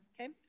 okay